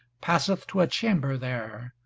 passeth to a chamber there,